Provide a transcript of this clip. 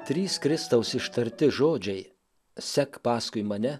trys kristaus ištarti žodžiai sek paskui mane